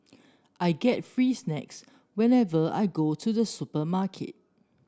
I get free snacks whenever I go to the supermarket